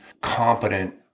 competent